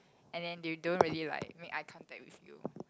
and then you don't really like make eye contact with you